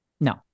No